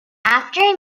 after